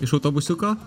iš autobusiuko